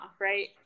right